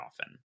often